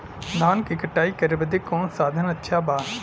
धान क कटाई करे बदे कवन साधन अच्छा बा?